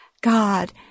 God